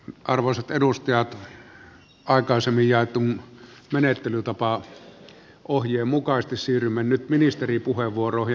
arvoisat edustajat aikaisemmin jaetun menettelytapaohjeen mukaisesti siirrymme nyt ministeripuheenvuoroihin